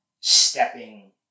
stepping